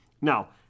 Now